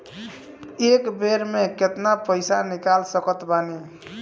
एक बेर मे केतना पैसा निकाल सकत बानी?